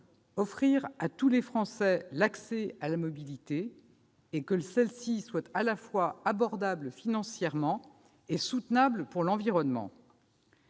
offrir à tous les Français l'accès à la mobilité, et que celle-ci soit à la fois abordable financièrement et soutenable pour l'environnement.